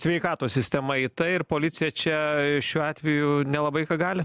sveikatos sistema į tai ir policija čia šiuo atveju nelabai ką gali